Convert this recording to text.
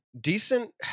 decent